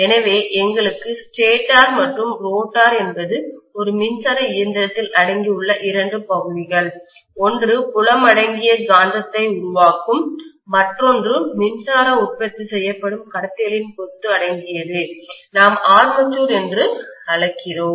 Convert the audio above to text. எனவே எங்களுக்கு ஸ்டேட்டர் மற்றும் ரோட்டார் என்பது ஒரு மின்சார இயந்திரத்தில் அடங்கி உள்ள 2 பகுதிகள் ஒன்று புலம் அடங்கிய காந்தத்தை உருவாக்கும் மற்றொன்று மின்சாரம் உற்பத்தி செய்யப்படும் கடத்திகளின் கொத்து அடங்கியது நாம் ஆர்மேச்சர் என்று அழைக்கிறோம்